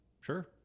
Sure